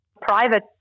private